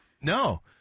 no